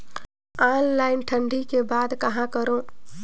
Online ठगी के बाद कहां करों?